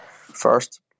First